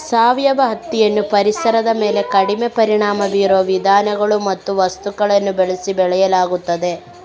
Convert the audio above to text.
ಸಾವಯವ ಹತ್ತಿಯನ್ನು ಪರಿಸರದ ಮೇಲೆ ಕಡಿಮೆ ಪರಿಣಾಮ ಬೀರುವ ವಿಧಾನಗಳು ಮತ್ತು ವಸ್ತುಗಳನ್ನು ಬಳಸಿ ಬೆಳೆಯಲಾಗುತ್ತದೆ